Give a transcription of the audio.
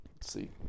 see